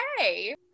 okay